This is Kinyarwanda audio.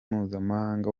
mpuzamahanga